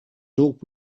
talk